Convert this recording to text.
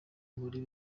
muri